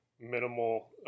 minimal